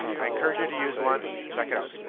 i encourage you to use one check it out.